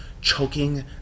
choking